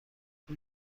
این